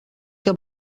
que